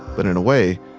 but in a way,